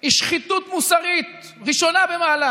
היא שחיתות מוסרית ראשונה במעלה